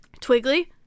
Twiggly